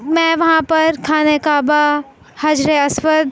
میں وہاں پر خانہ کعبہ حجر اسود